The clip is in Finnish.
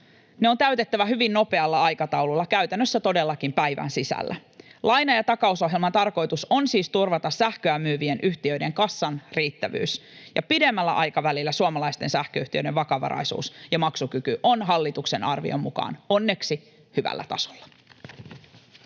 ne on täytettävä hyvin nopealla aikataululla, käytännössä todellakin päivän sisällä. Laina- ja takausohjelman tarkoitus on siis turvata sähköä myyvien yhtiöiden kassan riittävyys. Pidemmällä aikavälillä suomalaisten sähköyhtiöiden vakavaraisuus ja maksukyky on hallituksen arvion mukaan onneksi hyvällä tasolla.